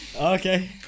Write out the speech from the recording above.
Okay